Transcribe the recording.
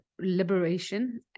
liberation